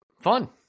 fun